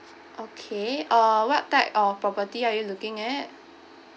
okay uh what type of property are you looking at